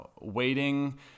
waiting